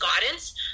guidance